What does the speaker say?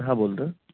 हां बोलतो आहे